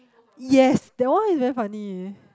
yes that one is very funny